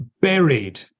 buried